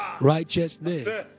righteousness